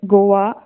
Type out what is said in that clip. Goa